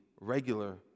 regular